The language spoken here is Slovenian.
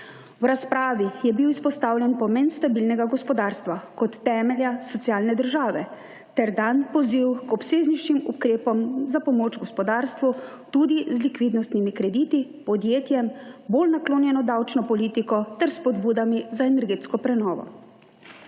V razpravi je bil izpostavljen pomen stabilnega gospodarstva kot temelja socialne države ter dan poziv k obsežnejšim ukrepom za pomoč gospodarstvu tudi z likvidnostnimi krediti, podjetjem bolj naklonjeno davčno politiko ter spodbudami za energetsko prenovo.